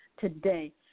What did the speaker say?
today